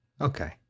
Okay